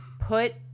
put